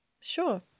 Sure